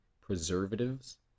preservatives